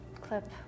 clip